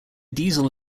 diesel